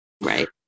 Right